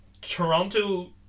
Toronto